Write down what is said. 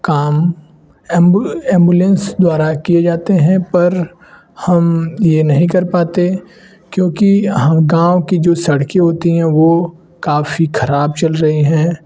काम ऐम्बुलैंस द्वारा किए जाते हैं पर हम ये नहीं कर पाते क्योंकि हर गाँव की जो सड़कें होती हैं वो काफ़ी ख़राब चल रही हैं